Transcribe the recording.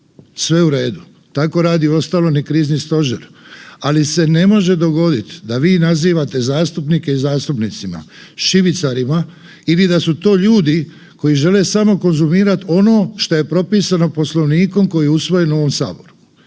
sve u redu. Tako radi uostalom i krizni stožer, ali se ne može dogodit da vi nazivate zastupnike i zastupnice šibicarima ili da su to ljudi koji žele samo konzumirati ono šta je propisano Poslovnikom koji je usvojen u ovom saboru.